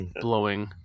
blowing